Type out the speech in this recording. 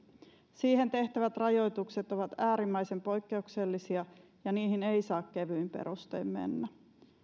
siihen tehtävät rajoitukset ovat äärimmäisen poikkeuksellisia ja niihin ei saa kevyin perustein mennä